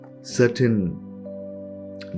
certain